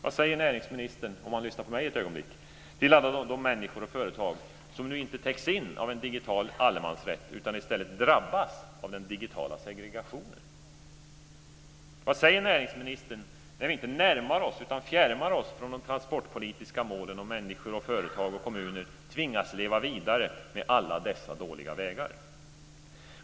Vad säger näringsministern - om han lyssnar på mig ett ögonblick - till alla de människor och företag som nu inte täcks in av en digital allemansrätt utan i stället drabbas av den digitala segregationen? Vad säger näringsministern när vi inte närmar oss utan fjärmar oss från de transportpolitiska målen och människor, företag och kommuner tvingas leva vidare med alla dessa dåliga vägar?